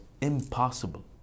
impossible